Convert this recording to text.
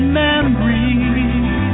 memories